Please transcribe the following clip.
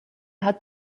hat